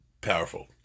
powerful